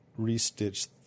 restitch